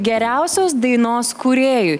geriausios dainos kūrėjui